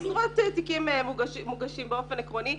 עשרות תיקים מוגשים באופן עקרוני.